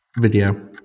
Video